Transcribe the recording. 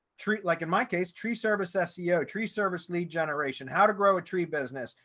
treat like in my case tree service ah seo tree service lead generation how to grow a tree business,